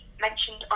mentioned